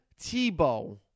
Tebow